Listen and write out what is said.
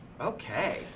okay